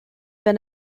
been